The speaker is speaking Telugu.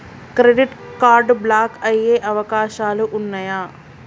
క్రెడిట్ కార్డ్ బ్లాక్ అయ్యే అవకాశాలు ఉన్నయా?